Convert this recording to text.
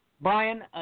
Brian